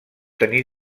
tenir